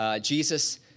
Jesus